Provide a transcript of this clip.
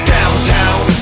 Downtown